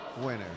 winner